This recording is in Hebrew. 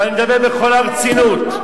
ואני מדבר בכל הרצינות.